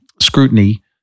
scrutiny